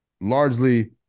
largely